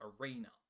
Arena